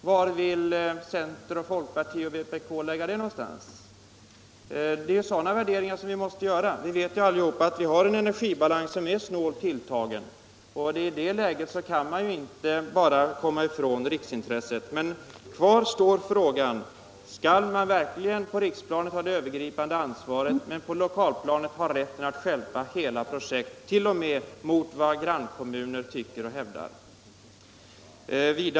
Var tänker centern, folkpartiet och vpk lägga det någonstans? Det är sådana värderingar vi måste göra. Vi vet allihop att energibalansen är snålt tilltagen, och i det läget kan vi inte komma ifrån riksintresset. Kvar står frågan: Skall man verkligen på riksplanet ha det övergripande ansvaret men på lokalplanet ha rätt att stjälpa hela projekt, t.o.m. mot vad grannkommuner tycker och hävdar?